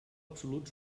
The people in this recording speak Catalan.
absolut